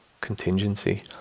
contingency